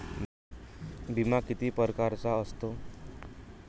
बिमा किती परकारचा असतो?